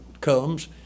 comes